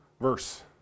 verse